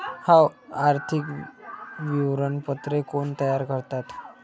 आर्थिक विवरणपत्रे कोण तयार करतात?